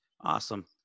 Awesome